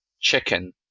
chicken